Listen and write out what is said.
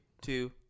two